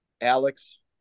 Alex